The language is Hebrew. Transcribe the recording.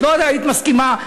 את לא היית מסכימה,